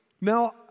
Now